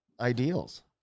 ideals